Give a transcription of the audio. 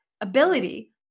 ability